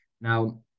Now